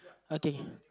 okay